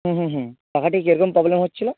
হুম হুম হুম পাখাটির কীরকম প্রবলেম হচ্ছিল